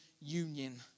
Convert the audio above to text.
union